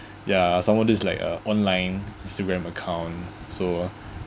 ya some more these like uh online instagram account so